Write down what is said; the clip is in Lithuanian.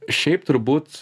šiaip turbūt